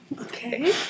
Okay